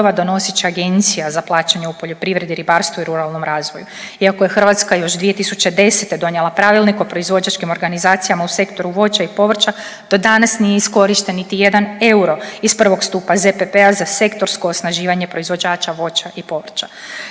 donosit će Agencija za plaćanje u poljoprivredi, ribarstvu i ruralnom razvoju. Iako je Hrvatska još 2010. donijela Pravilnik o proizvođačkim organizacijama u sektoru voća i povrća do danas nije iskorišten niti jedan euro iz prvog stupa ZPP-a za sektorsko osnaživanje proizvođača voća i povrća.